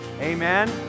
Amen